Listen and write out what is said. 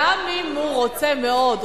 גם אם הוא רוצה מאוד,